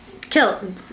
Kill